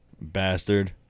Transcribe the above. Bastard